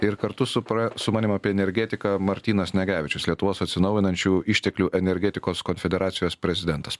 ir kartu supra su manim apie energetiką martynas nagevičius lietuvos atsinaujinančių išteklių energetikos federacijos prezidentas